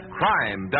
crime